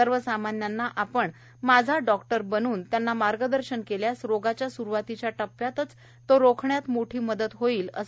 सर्वसामान्यांना आपण माझा डॉक्टर बनून त्यांना मार्गदर्शन केल्यास रोगाच्या स्रुवातीच्या टप्प्यातच तो रोखण्यात मोठी मदत होणार आहे असे ते म्हणाले